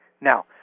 Now